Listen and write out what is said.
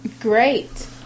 Great